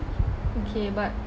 okay but